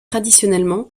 traditionnellement